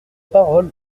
parole